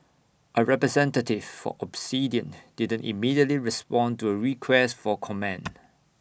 A representative for Obsidian didn't immediately respond to A request for comment